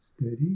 steady